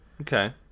Okay